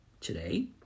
today